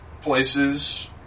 places